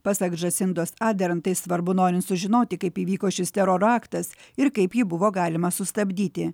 pasak džasindos aderant svarbu norint sužinoti kaip įvyko šis teroro aktas ir kaip jį buvo galima sustabdyti